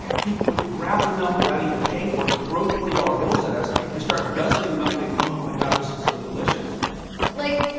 people would grab the milk without even paying for it and throw twenty dollars bills at us and start guzzling the milk, going, oh, my god. this is so delicious like,